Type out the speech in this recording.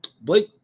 Blake